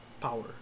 power